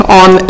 on